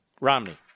Romney